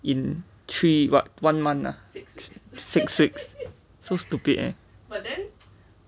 in three what one month ah six weeks so stupid eh